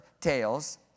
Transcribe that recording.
tails